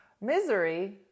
Misery